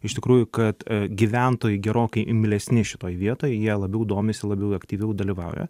iš tikrųjų kad gyventojai gerokai imlesni šitoj vietoj jie labiau domisi labiau aktyviau dalyvauja